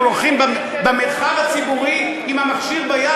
הם הולכים במרחב הציבורי עם המכשיר ביד